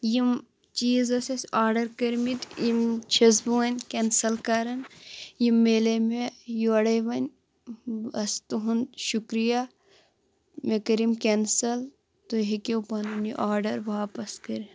یِم چیٖز ٲسۍ اسہِ آرڈَر کٔرۍمٕتۍ یِم چھَس بہٕ وۄنۍ کٮ۪نسَل کران یِم مِلے مےٚ یورَے وۄنۍ بَس تُہٕنٛد شُکریہ مےٚ کٔرۍ یِم کِینسَل تُہۍ ہیٚکِو پَنُن یہِ آرڈَر واپَس کٔرِتھ